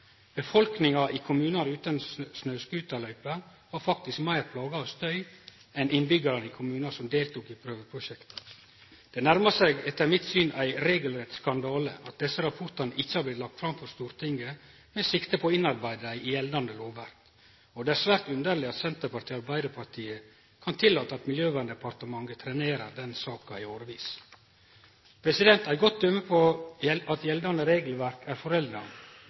kommunar utan snøscooterløyper var faktisk meir plaga av støy enn innbyggjarane i kommunar som deltok i prøveprosjektet. Det nærmar seg, etter mitt syn, ein regelrett skandale at desse rapportane ikkje har blitt lagde fram for Stortinget med sikte på å innarbeide dei i gjeldande lovverk, og det er svært underleg at Senterpartiet og Arbeidarpartiet kan tillate at Miljøverndepartementet trenerer denne saka i årevis. Eit godt døme på at gjeldande regelverk er forelda,